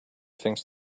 things